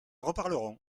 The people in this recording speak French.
reparlerons